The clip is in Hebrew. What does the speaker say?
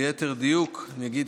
ליתר דיוק, אני אגיד